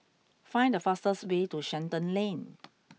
find the fastest way to Shenton Lane